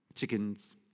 Chickens